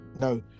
No